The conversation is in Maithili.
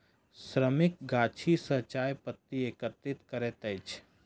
श्रमिक गाछी सॅ चाय पत्ती एकत्रित करैत अछि